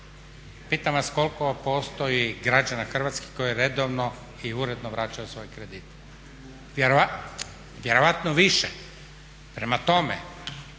pitam vas koliko postoji građana Hrvatske koji redovno i uredno vraćaju svoje kredite. Vjerovatno više. Prema tome,